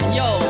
yo